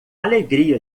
alegria